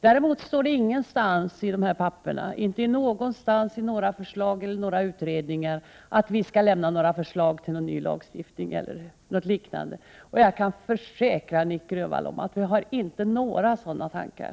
Däremot står det ingenstans i papperen att vi skall lämna förslag till ny lagstiftning e.d. Jag kan försäkra Nic Grönvall att vi inte har några sådana tankar.